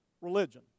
religion